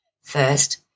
First